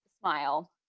Smile